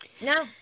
no